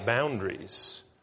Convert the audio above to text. boundaries